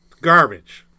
garbage